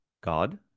God